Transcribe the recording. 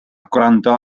gwrando